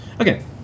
Okay